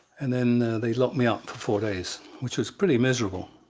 and then they locked me up for four days, which was pretty miserable.